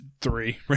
three